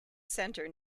centre